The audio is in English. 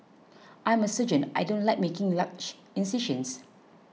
I'm a surgeon I don't like making large incisions